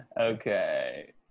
Okay